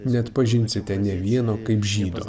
neatpažinsite nė vieno kaip žydo